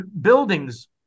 buildings